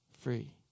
free